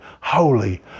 holy